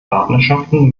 partnerschaften